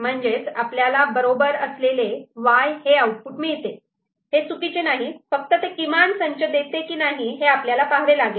म्हणजेच आपल्याला बरोबर असलेले 'Y' हे आउटपुट मिळते हे काही चुकीचे नाही फक्त ते किमान संच देते की नाही हे आपल्याला पाहावे लागेल